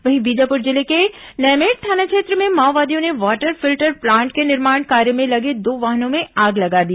वहीं बीजापुर जिले के नैमेड थाना क्षेत्र में माओवादियों ने वाटर फिल्टर प्लांट के निर्माण कार्य में लगे दो वाहनों में आग लगा दी